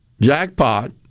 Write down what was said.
Jackpot